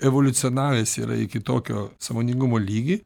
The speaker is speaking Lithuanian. evoliucionavęs yra iki tokio sąmoningumo lygį